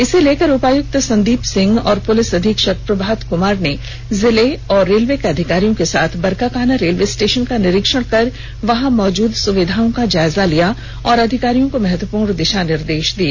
इसे लेकर उपायुक्त संदीप सिंह और पुलिस अधीक्षक प्रभात कृमार ने जिले और रेलवे के अधिकारियों के साथ बरकाकाना रेलवे स्टेशन का निरीक्षण कर वहां मौजूद सुविधाओं का जायजा लिया एवं अधिकारियों को महत्त्वपूर्ण दिशा निर्देश दिए